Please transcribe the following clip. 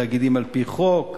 תאגידים על-פי חוק,